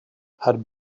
had